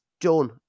done